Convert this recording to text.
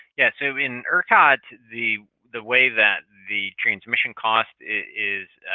yeah, so in ercot the the way that the transmission cost is,